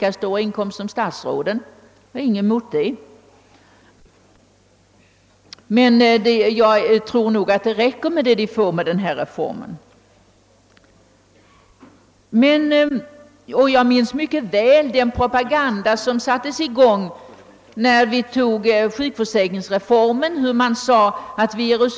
lika stora inkomster som statsråden — och jag tror f.ö. att det räcker med vad de får genom denna reform. Jag minns mycket väl den propaganda, som sattes i gång när vi antog förslaget om sjukförsäkringsreformen 1955.